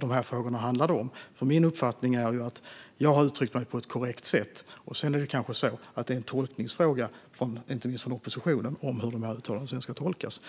de här frågorna handlade om. Min uppfattning är att jag har uttryckt mig på ett korrekt sätt, och sedan är det kanske en tolkningsfråga från inte minst oppositionen hur de här uttalandena ska tolkas.